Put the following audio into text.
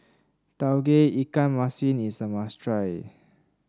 Tauge Ikan Masin is a must try